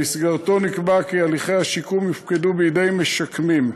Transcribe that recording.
במסגרתו נקבע כי הליכי השיקום יופקדו בידי משקמים,